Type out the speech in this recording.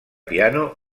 piano